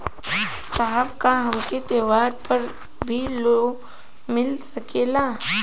साहब का हमके त्योहार पर भी लों मिल सकेला?